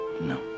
No